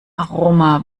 aroma